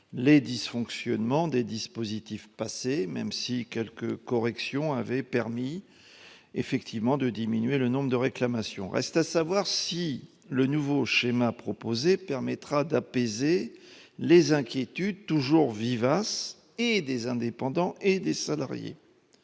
les dysfonctionnements des dispositifs passés, même si quelques corrections avaient permis de diminuer le nombre de réclamations. Il reste à savoir si le nouveau schéma proposé permettra d'apaiser les inquiétudes, toujours vivaces, des indépendants comme des salariés.